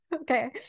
okay